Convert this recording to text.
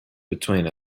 between